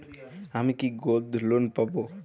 আমি কি gold loan পাবো?